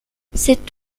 c’est